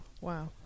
Wow